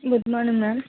good morning ma'am